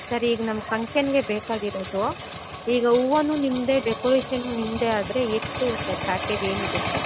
sir ಈಗ ನಮ್ಮ ಫಂಕ್ಷನ್ಗೆ ಬೇಕಾಗಿರೋದು ಈಗ ಹೂವನೂ ನಿಮ್ಮದೇ ಡೆಕೊರೇಷನು ನಿಮ್ಮದೇ ಆದರೆ ಎಷ್ಟು ಸರ್ ಪ್ಯಾಕೇಜ್ ಏನಿದೆ ಸರ್